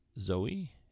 Zoe